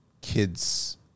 kids